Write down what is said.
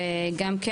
וגם כן,